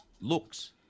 looks